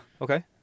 Okay